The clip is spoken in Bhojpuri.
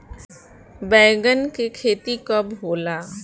बैंगन के खेती कब होला?